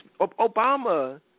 Obama